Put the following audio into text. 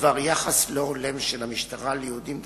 בדבר יחס לא הולם של המשטרה ליהודים דתיים,